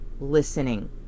listening